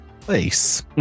place